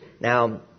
Now